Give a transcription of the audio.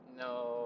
no